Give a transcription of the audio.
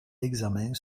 d’examen